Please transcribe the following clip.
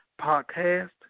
podcast